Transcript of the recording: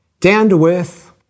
down-to-earth